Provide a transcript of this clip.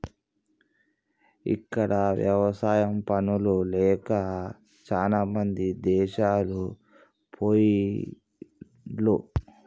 ఇక్కడ ఎవసాయా పనులు లేక చాలామంది దేశాలు పొయిన్లు